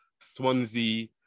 Swansea